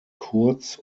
kurz